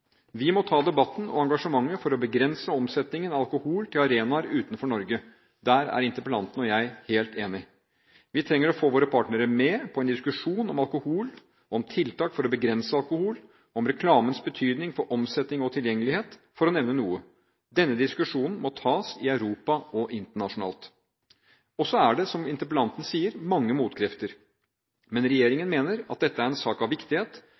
Vi må ta debatten og engasjementet for å begrense omsetningen av alkohol til arenaer utenfor Norge. Der er interpellanten og jeg helt enige. Vi trenger å få våre partnere med på en diskusjon om alkohol, om tiltak for å begrense alkohol, om reklamens betydning for omsetning og tilgjengelighet, for å nevne noe. Denne diskusjonen må tas i Europa og internasjonalt. Det er, som interpellanten sier, mange motkrefter. Men regjeringen mener at dette er en sak av viktighet,